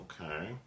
Okay